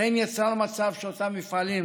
אכן יצר מצב שאותם מפעלים